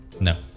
No